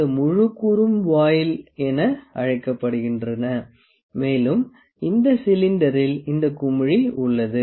இந்த முழு கூறும் வொயில் என அழைக்கப்படுகின்றன மேலும் இந்த சிலிண்டரில் இந்த குமிழி உள்ளது